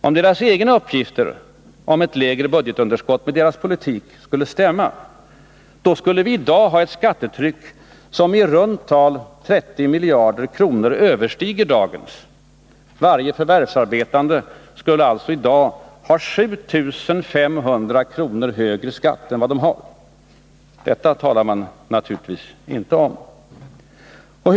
Om deras egna uppgifter om ett lägre budgetunderskott med en socialdemokratisk politik skulle stämma, då hade vi i dag ett skattetryck som i runda tal med 30 miljarder kronor översteg dagens. Varje förvärvsarbetande skulle alltså i dag ha 7 500 kr. högre skatt än de har i dag. Detta talar man naturligtvis inte öppet om.